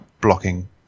blocking